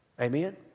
Amen